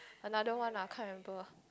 another one ah can't remember